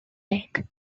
lake